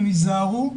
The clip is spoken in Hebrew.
הם ייזהרו,